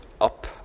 up